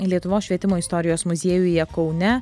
lietuvos švietimo istorijos muziejuje kaune